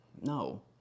No